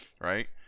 right